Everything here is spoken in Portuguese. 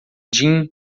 jim